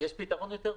יש פתרון יותר פשוט.